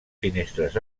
finestres